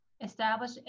establish